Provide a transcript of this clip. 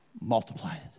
multiplied